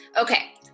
Okay